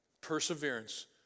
Perseverance